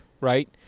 right